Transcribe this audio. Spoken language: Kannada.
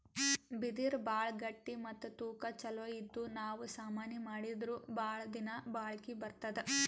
ಬಿದಿರ್ ಭಾಳ್ ಗಟ್ಟಿ ಮತ್ತ್ ತೂಕಾ ಛಲೋ ಇದ್ದು ನಾವ್ ಸಾಮಾನಿ ಮಾಡಿದ್ರು ಭಾಳ್ ದಿನಾ ಬಾಳ್ಕಿ ಬರ್ತದ್